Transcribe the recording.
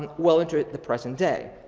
well, into the present day.